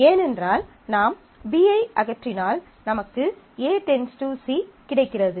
ஏனென்றால் நாம் B ஐ அகற்றினால் நமக்கு A → C கிடைக்கிறது